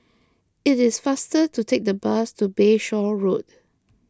it is faster to take the bus to Bayshore Road